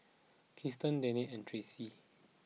Krysten Denny and Tracy